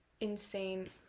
insane